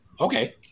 Okay